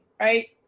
right